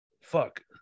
Fuck